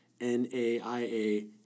NAIA